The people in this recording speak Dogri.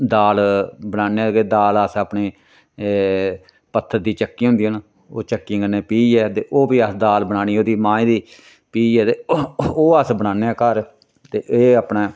दाल बनान्ने आं के दाल अस अपने पत्थर दी चक्की होदियां न ओह् चक्कियें कन्नै पियै ते ओह् फ्ही असें दाल बनानी ओह्दी माएं दी पियै ते ओह् अस बनान्ने आं घर ते एह् अपनै